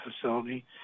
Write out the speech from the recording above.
facility